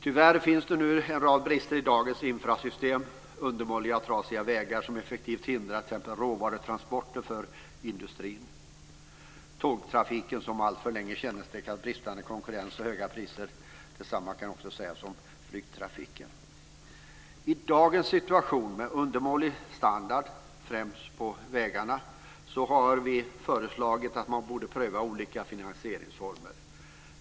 Tyvärr finns det en rad brister i dagens infrastruktursystem; undermåliga och trasiga vägar som effektivt hindrar t.ex. råvarutransporter till industrin, tågtrafiken som alltför länge kännetecknats av bristande konkurrens och höga priser. Detsamma kan också sägas om flygtrafiken. I dagens situation med undermålig standard främst på vägarna har vi föreslagit att man ska pröva olika finansieringsformer.